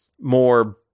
more